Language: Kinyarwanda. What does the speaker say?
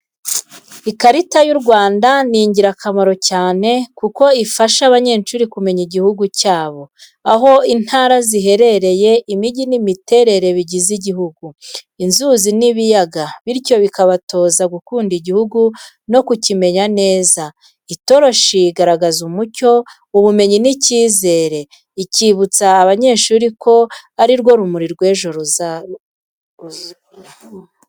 Ikarita y’u Rwanda ni ingirakamaro cyane kuko ifasha abanyeshuri kumenya igihugu cyabo, aho intara ziherereye, imijyi n’imiterere bigize igihugu, inzuzi n'ibiyaga bityo bikabatoza gukunda igihugu no kukimenya neza. Itoroshi igaragaza umucyo, ubumenyi n’icyizere, ikibutsa ko abanyeshuri ko ari rwo rumuri rw'ejo hazaza.